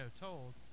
told